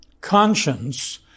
conscience